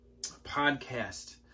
podcast